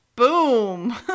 Boom